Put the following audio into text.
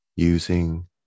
using